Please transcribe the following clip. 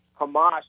Hamas